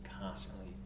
constantly